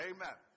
Amen